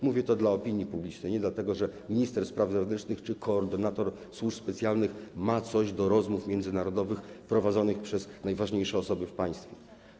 Mówię to dla opinii publicznej, nie dlatego że minister spraw wewnętrznych czy koordynator służb specjalnych ma coś do rozmów międzynarodowych prowadzonych przez najważniejsze osoby w państwie.